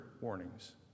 warnings